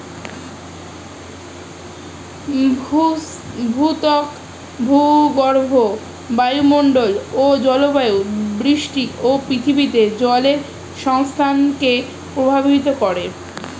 ভূত্বক, ভূগর্ভ, বায়ুমন্ডল ও জলবায়ু বৃষ্টি ও পৃথিবীতে জলের সংস্থানকে প্রভাবিত করে